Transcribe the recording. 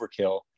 overkill